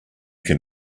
can